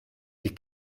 die